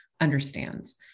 understands